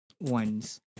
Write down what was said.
ones